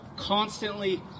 Constantly